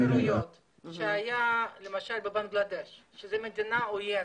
שהיה למשל בבנגלדש שהיא מדינה עוינת,